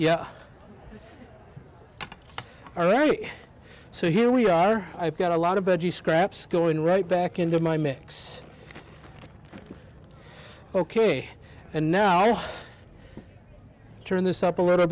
yeah all right so here we are i've got a lot of veggie scraps going right back into my mix ok and now turn this up a little